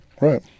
Right